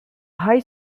high